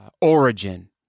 origin